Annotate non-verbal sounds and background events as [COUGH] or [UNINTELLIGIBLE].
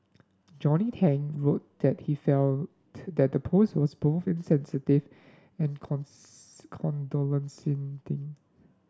Johnny Tang wrote that he felt that the post was both insensitive and [UNINTELLIGIBLE]